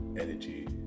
energy